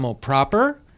proper